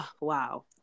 wow